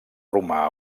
romà